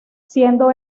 siendo